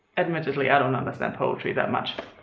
admittedly i don't understand poetry that much.